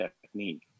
technique